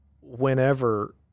whenever